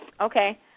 okay